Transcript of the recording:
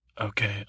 okay